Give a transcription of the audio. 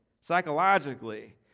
psychologically